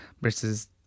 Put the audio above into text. versus